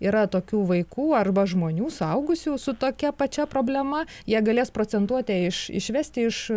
yra tokių vaikų arba žmonių suaugusių su tokia pačia problema jie galės procentuotę iš išvesti iš